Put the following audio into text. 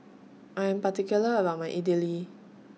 I Am particular about My Idili